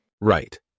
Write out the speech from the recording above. Right